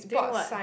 doing what